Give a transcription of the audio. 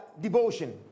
devotion